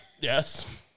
Yes